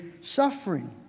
suffering